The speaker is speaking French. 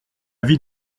vie